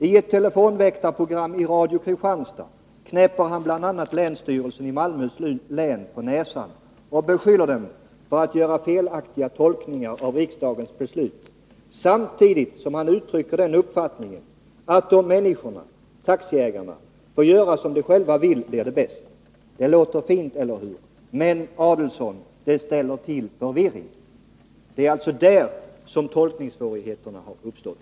I ett telefonväktarprogram i Radio Kristianstad knäpper han bl.a. länsstyrelsen i Malmöhus län på näsan och beskyller dem för att göra felaktiga tolkningar av riksdagens beslut samtidigt som han uttrycker den uppfattningen att om människorna får göra som de själva vill blir det bäst. Det låter fint, eller hur? Men, Adelsohn, det ställer till förvirring!” Det är alltså på det viset tolkningssvårigheterna har uppstått!